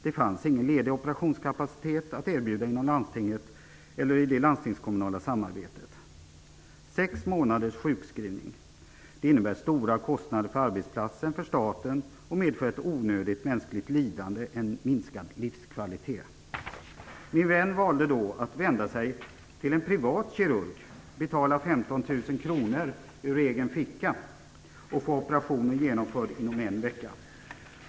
Det fanns ingen ledig operationskapacitet att erbjuda inom landstinget eller i det landstingskommunala samarbetet. Sex månaders sjukskrivning - det innebär stora kostnader för arbetsplatsen och för staten och medför ett onödigt mänskligt lidande, minskad livskvalitet. Min vän valde då att vända sig till en privat kirurg, betala 15 000 kr ur egen ficka och få operationen genomförd inom en vecka.